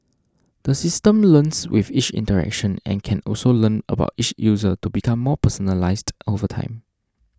the system learns with each interaction and can also learn about each user to become more personalised over time